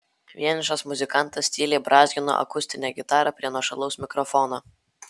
vienišas muzikantas tyliai brązgino akustinę gitarą prie nuošalaus mikrofono